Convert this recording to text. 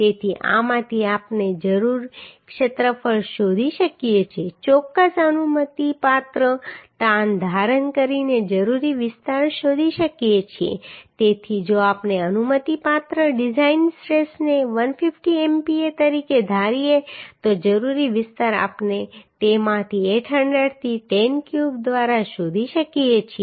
તેથી આમાંથી આપણે જરૂરી ક્ષેત્રફળ શોધી શકીએ છીએ ચોક્કસ અનુમતિપાત્ર તાણ ધારણ કરીને જરૂરી વિસ્તાર શોધી શકીએ છીએ તેથી જો આપણે અનુમતિપાત્ર ડિઝાઈન સ્ટ્રેસને 150 MPa તરીકે ધારીએ તો જરૂરી વિસ્તાર આપણે તેમાંથી 800 થી 10 ક્યુબ દ્વારા શોધી શકીએ છીએ